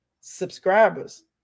subscribers